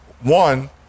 One